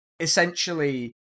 essentially